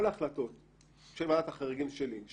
כל ההחלטות של ועדת החריגים שלי,